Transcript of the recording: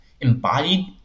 embodied